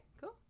Cool